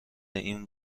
این